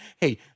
hey